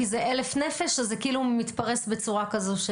כי זה 1,000 נפש אז זה כאילו מתפרס בצורה כזו.